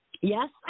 Yes